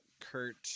Kurt